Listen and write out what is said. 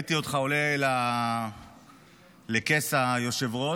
ראיתי אותך עולה לכס היושב-ראש